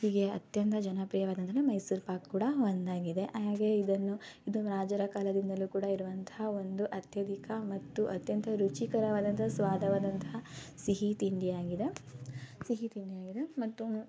ಹೀಗೆ ಅತ್ಯಂತ ಜನಪ್ರಿಯವಾದ್ದಂದರೆ ಮೈಸೂರು ಪಾಕ್ ಕೂಡ ಒಂದಾಗಿದೆ ಹಾಗೆ ಇದನ್ನು ಇದು ರಾಜರ ಕಾಲದಿಂದಲೂ ಕೂಡ ಇರುವಂತಹ ಒಂದು ಅತ್ಯಧಿಕ ಮತ್ತು ಅತ್ಯಂತ ರುಚಿಕರವಾದಂಥ ಸ್ವಾದವಾದಂತಹ ಸಿಹಿ ತಿಂಡಿಯಾಗಿದೆ ಸಿಹಿ ತಿಂಡಿಯಾಗಿದೆ ಮತ್ತು